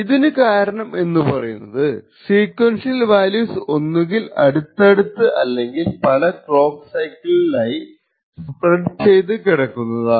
ഇതിനു കാരണം എന്ന് പറയുന്നത് സീക്വൻഷ്യൽ വാല്യൂസ് ഒന്നുകിൽ അടുത്തടുത്ത് അല്ലെങ്കിൽ പല ക്ലോക്ക് സൈക്കിൾസിലായി സ്പ്രെഡ് ചെയ്തു കിടക്കുന്നതാണ്